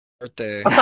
birthday